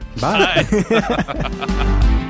bye